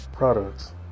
products